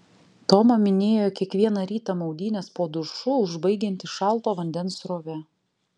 toma minėjo kiekvieną rytą maudynes po dušu užbaigianti šalto vandens srove